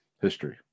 history